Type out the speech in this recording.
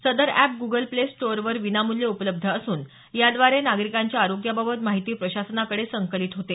सदर app Google play स्टोअरवर विनामूल्य उपलब्ध असून याद्वारे नागरिकांच्या आरोग्याबाबत माहिती प्रशासनाकडे संकलित होते